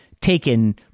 taken